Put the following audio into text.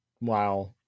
wow